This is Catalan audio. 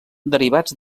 derivats